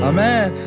Amen